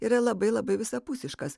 yra labai labai visapusiškas